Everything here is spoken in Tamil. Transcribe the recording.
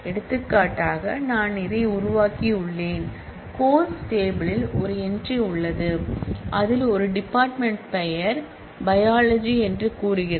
எடுத்துக்காட்டாக நான் இதை உருவாக்கியுள்ளேன் கோர்ஸ் டேபிள் யில் ஒரு என்ட்ரி உள்ளது அதில் ஒரு டிபார்ட்மென்ட் பெயர் பையாலஜி என்று கூறுகிறது